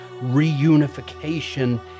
reunification